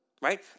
Right